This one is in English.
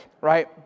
Right